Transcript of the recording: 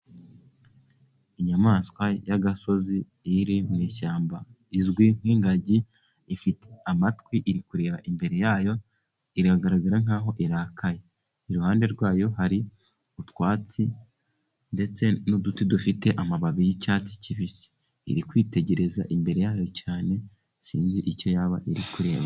Inyamaswa y'agasozi iri mu ishyamba. Izwi nk'ingagi ifite amatwi iri kureba imbere yayo iragaragara nk'aho irakaye. Iruhande rwayo hari utwatsi ndetse, n'uduti dufite amababi y'icyatsi kibisi. Iri kwitegereza imbere yayo cyane, sinzi icyo yaba iri kureba.